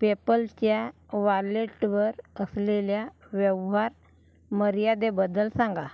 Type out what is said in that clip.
पेपलच्या वॉलेटवर असलेल्या व्यवहार मर्यादेबद्दल सांगा